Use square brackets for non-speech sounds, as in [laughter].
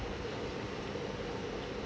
[breath] [coughs]